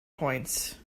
points